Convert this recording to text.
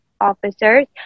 officers